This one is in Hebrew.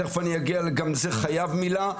תיכף אני אגיע גם זה חייב מילה,